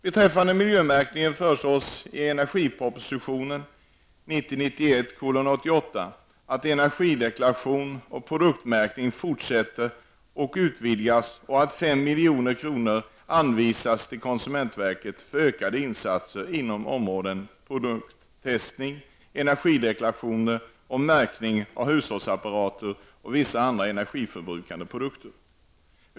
Beträffande miljömärkningen föreslås i energipropositionen 1990/91:88 att energideklarationer och produktmärkning fortsätter och utvidgas, och att 5 milj.kr. anvisas till konsumentverket för ökade insatser inom områdena produkttestning, energideklarationer och märkning av hushållsapparater och vissa andra energiförbrukande produkter.